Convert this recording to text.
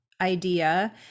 idea